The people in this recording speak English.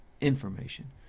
information